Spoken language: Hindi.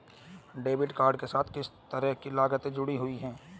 डेबिट कार्ड के साथ किस तरह की लागतें जुड़ी हुई हैं?